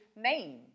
name